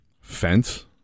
fence